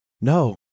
No